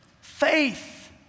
Faith